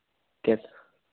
कित